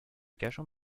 cachant